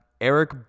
Eric